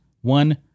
One